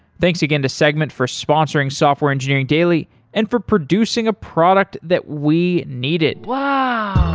thanks again to segment for sponsoring software engineering daily and for producing a product that we needed.